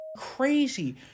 Crazy